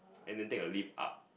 and then take a lift up